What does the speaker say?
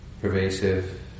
pervasive